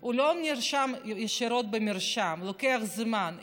הוא לא נרשם ישירות במרשם, זה לוקח זמן.